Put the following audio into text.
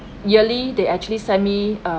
yearly they actually sent me um